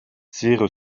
zéro